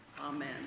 Amen